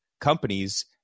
companies